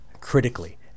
critically